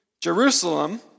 Jerusalem